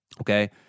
Okay